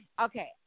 okay